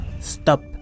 Stop